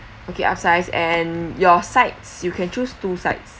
okay upsize and your sides you can choose two sides